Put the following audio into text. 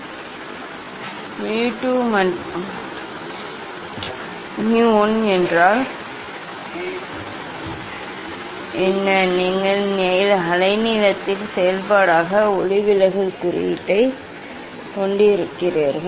mu 2 மற்றும் mu 1 என்றால் என்ன நீங்கள் அலைநீளத்தின் செயல்பாடாக ஒளிவிலகல் குறியீட்டைக் கொண்டிருக்கிறீர்கள்